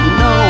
no